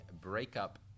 breakup